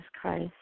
Christ